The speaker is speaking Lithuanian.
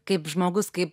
kaip žmogus kaip